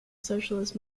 socialist